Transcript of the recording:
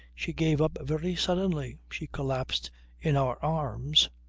she gave up very suddenly. she collapsed in our arms,